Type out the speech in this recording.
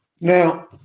Now